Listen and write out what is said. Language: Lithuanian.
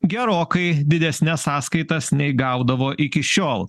gerokai didesnes sąskaitas nei gaudavo iki šiol